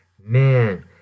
man